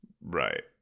Right